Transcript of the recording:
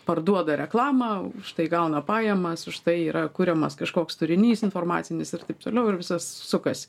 parduoda reklamą už tai gauna pajamas už tai yra kuriamas kažkoks turinys informacinis ir taip toliau ir viskas sukasi